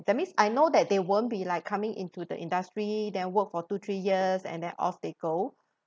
that means I know that they won't be like coming into the industry then work for two three years and then off they go